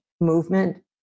movement